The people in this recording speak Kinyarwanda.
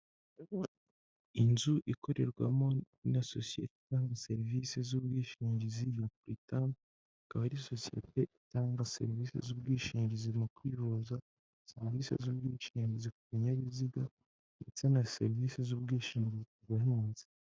Inzu ikorerwamo na sosiyete itanga serivisi z'ubwishingizi ya Buritamu, ikaba ari sosiyete itanga serivisi z'ubwishingizi mu kwivuza, serivisi z'ubwishingizi ku binyabiziga ndetse na serivisi z'ubwishingizi ku buhinzi.